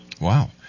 Wow